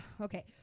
Okay